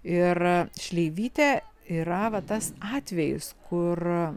ir šleivytė yra va tas atvejis kur